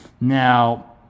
Now